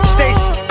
Stacy